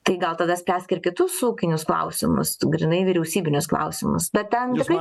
tai gal tada spręsk ir kitus ūkinius klausimus grynai vyriausybinius klausimus bet ten tikrai